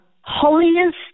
holiness